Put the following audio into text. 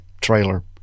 trailer